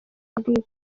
bwicanyi